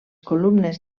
columnes